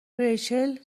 ریچل